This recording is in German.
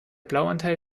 blauanteil